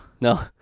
No